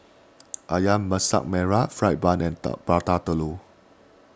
Ayam Masak Merah Fried Bun and Dao Prata Telur